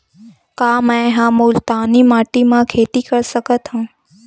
का मै ह मुल्तानी माटी म खेती कर सकथव?